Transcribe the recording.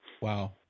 Wow